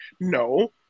no